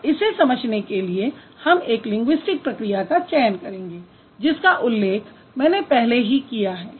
और इसे समझने के लिए हम एक लिंगुइस्टिक प्रक्रिया का चयन करेंगे जिसका उल्लेख मैंने पहले ही किया है